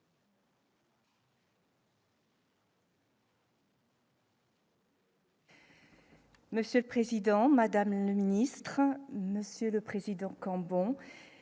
Monsieur le Président, Madame la ministre, hein, Monsieur le Président, Cambon